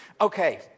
Okay